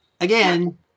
Again